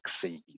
succeed